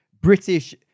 British